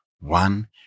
one